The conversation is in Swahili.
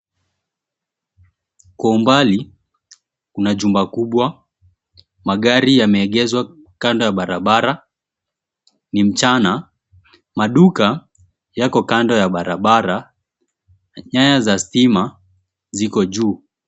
Kwa umbali, kuna jumba kubwa. Magari yameegeshwa kando ya barabara. Ni mchana, maduka yako kando ya barabara. Nyaya za stima ziko juu.